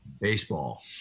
Baseball